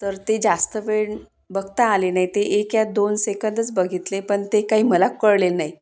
तर ते जास्त वेळ बघता आले नाही ते एक या दोन सेकंदच बघितले पण ते काही मला कळले नाही